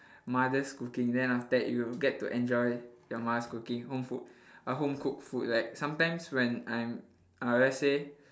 mother's cooking then after that you get to enjoy your mother's cooking home food uh home cooked food like sometimes when I'm uh let's say